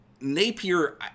Napier